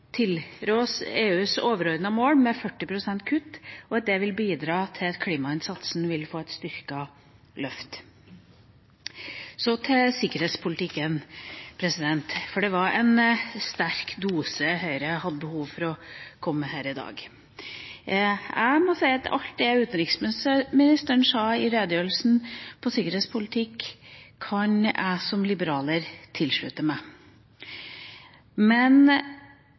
EUs overordnede mål om 40 pst. kutt, og at det vil bidra til at klimainnsatsen får et styrket løft. Så til sikkerhetspolitikken. Det var en sterk dose Høyre hadde behov for å komme med her i dag. Jeg må si at alt det utenriksministeren sa i redegjørelsen om sikkerhetspolitikk, kan jeg som liberaler slutte meg til. Men